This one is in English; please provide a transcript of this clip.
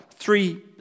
Three